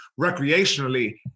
recreationally